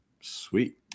sweet